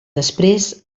després